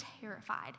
terrified